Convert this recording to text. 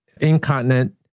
incontinent